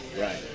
Right